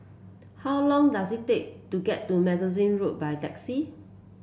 how long does it take to get to Magazine Road by taxi